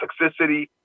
toxicity